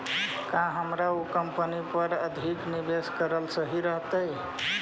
का हमर उ कंपनी पर अधिक निवेश करल सही रहतई?